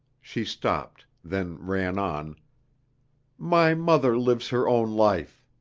she stopped, then ran on my mother lives her own life.